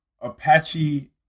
Apache